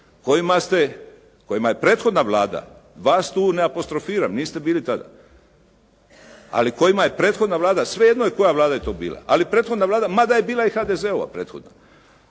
kojima je prethodna Vlada, vas tu ne apostrofiram, niste bili tada, ali kojima je prethodna Vlada, svejedno je koja je Vlada to bila, ali prethodna Vlada, mada je bila i HDZ-ova prethodna